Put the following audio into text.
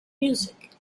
music